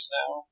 now